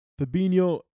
Fabinho